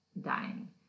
dying